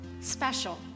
special